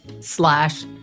slash